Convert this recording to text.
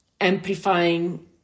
amplifying